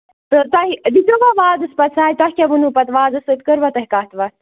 تہٕ تۄہہِ دِژیوا وازَس پَتہٕ سَے تۄہہِ کیٛاہ ووٚنَوٕ پَتہٕ وازَس سۭتۍ کٔروا تۄہہِ کَتھ وَتھ